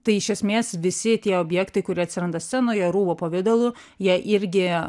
tai iš esmės visi tie objektai kurie atsiranda scenoje rūbo pavidalu jie irgi